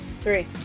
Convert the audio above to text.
three